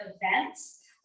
events